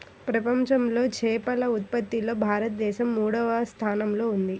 ప్రపంచంలో చేపల ఉత్పత్తిలో భారతదేశం మూడవ స్థానంలో ఉంది